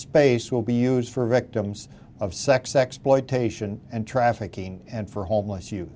space will be used for victims of sex exploitation and trafficking and for homeless you